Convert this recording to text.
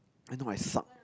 I do my suck